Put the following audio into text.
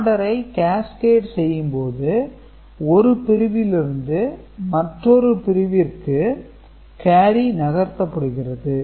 ஆடரை Cascade செய்யும் போது ஒரு பிரிவிலிருந்து மற்றொரு பிரிவிற்கு கேரி நகர்த்தப்படுகிறது